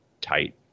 tight